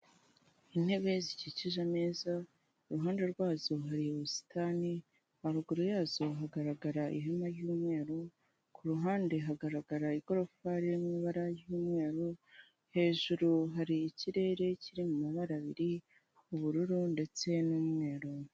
Intebe zikikije ameza, iruhande rwazo hari ubusitani, haruguru yazo hagaragara ihema ry'umweru, ku ruhande hagaragara igorofa riri mu ibara ry'umweru, hejuru hari ikirere kiri mu mabara abiri ubururu ndetse n'umweru.